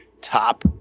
top